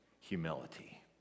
humility